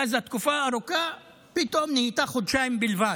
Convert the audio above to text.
ואז התקופה הארוכה פתאום נהייתה חודשיים בלבד,